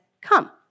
come